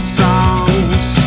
songs